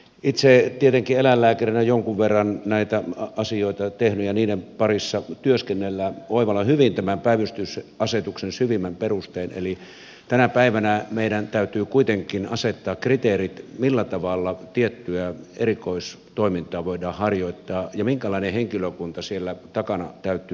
itse tietenkin eläinlääkärinä jonkin verran näitä asioita olen tehnyt ja niiden parissa työskennelleenä oivallan hyvin tämän päivystysasetuksen syvimmän perusteen eli tänä päivänä meidän täytyy kuitenkin asettaa kriteerit millä tavalla tiettyä erikoistoimintaa voidaan harjoittaa ja minkälainen henkilökunta siellä takana täytyy olla